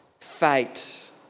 fate